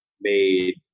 made